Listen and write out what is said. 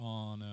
on